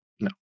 No